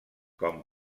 com